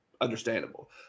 understandable